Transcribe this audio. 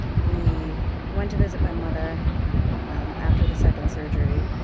we went to visit my mother after the second surgery,